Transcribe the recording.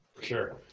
Sure